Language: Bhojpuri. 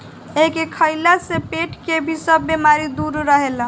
एके खइला से पेट के भी सब बेमारी दूर रहेला